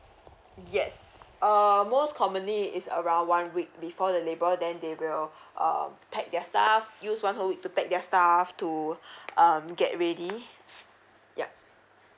yes um most commonly is around one week before the labor then they will um packed their staff use one whole week to pack their staff to um get ready yup